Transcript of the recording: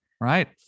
Right